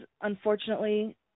unfortunately